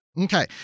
Okay